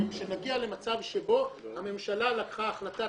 שנגיע למצב שבו הממשלה קיבלה החלטת